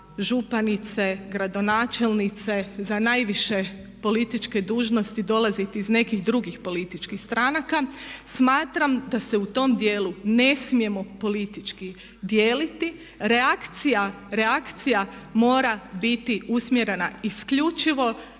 županice, gradonačelnice, za najviše političke dužnosti dolaziti iz nekih drugih političkih stranaka. Smatram da se u tom dijelu ne smijemo politički dijeliti. Reakcija mora biti usmjerena isključivo